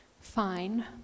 Fine